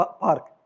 park